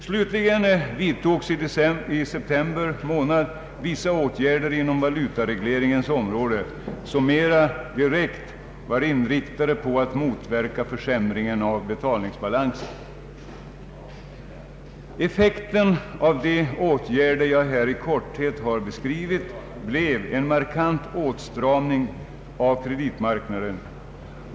Slutligen vidtogs i september vissa åtgärder inom valutaregleringens område, som mer direkt var inriktade på att motverka försämringen av betalningsbalansen. Effekten av de åtgärder jag här i korthet har beskrivit blev en markant åtstramning av kreditmarknaden.